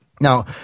Now